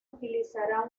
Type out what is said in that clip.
utilizará